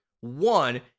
one